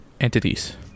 Entities